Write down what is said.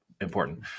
important